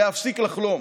להפסיק לחלום.